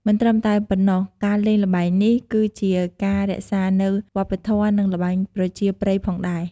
មិនត្រឹមតែប៉ុណ្ណោះការលេងល្បែងនេះ ក៏ជាការរក្សានៅវប្បធម៍ និងល្បែងប្រជាប្រិយផងដែរ។